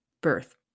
birth